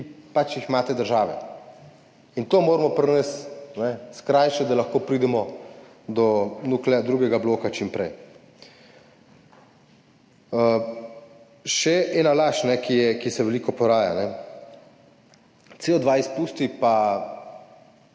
ki jih imajo te države. To moramo pri nas skrajšati, da lahko pridemo do drugega bloka čim prej. Še ena laž, ki se veliko pojavlja, CO2 izpusti,